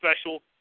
special